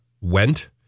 went